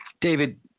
david